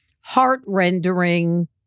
heart-rendering